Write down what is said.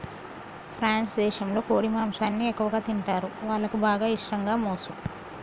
France దేశంలో కోడి మాంసాన్ని ఎక్కువగా తింటరు, వాళ్లకి బాగా ఇష్టం గామోసు